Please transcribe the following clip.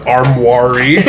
Armory